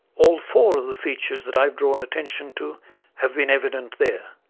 all four of the features that i have drawn attention to have been evident there